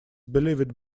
believed